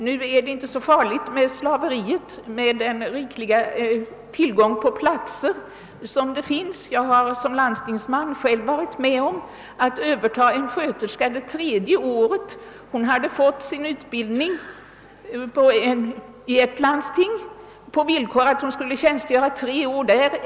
Det är nu inte så farligt med det slaveriet med den rika tillgång på platser som föreligger. Jag har själv som landstingsman varit med om att mitt landsting övertagit en sköterska från ett annat landsting det tredje året. Hon hade fått sin utbildning i ett landsting på villkor att hon skulle tjänstgöra tre år där.